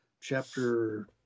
chapter